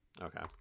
Okay